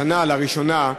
השנה, לראשונה,